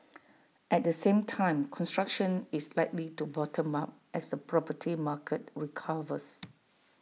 at the same time construction is likely to bottom up as the property market recovers